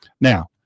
now